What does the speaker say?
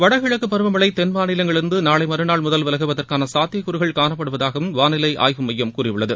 வடகிழக்கு பருவமழை தென்மாநிலங்களிலிருந்து நாளை மறுநாள் முதல் விலகுவதற்கான சாத்தியக்கூறுகள் காணப்படுவதாகவும் வானிலை ஆய்வு மையம் கூறியுள்ளது